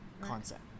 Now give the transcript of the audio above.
concept